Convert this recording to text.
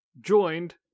Joined